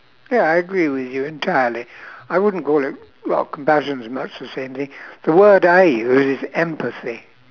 ya I agree with you entirely I wouldn't go like well compassion is much the same thing the word I use is empathy